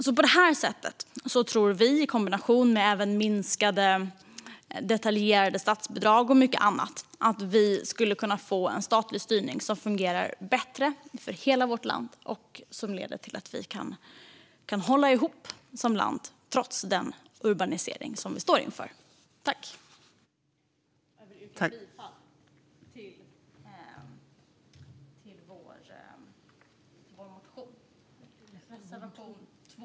På detta sätt, och i kombination med minskade detaljerade statsbidrag och mycket annat, tror Moderaterna att vi skulle kunna få en statlig styrning som fungerar bättre för hela vårt land och som leder till att vi kan hålla ihop som land trots den urbanisering vi står inför. Jag yrkar bifall till reservation 2.